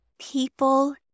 people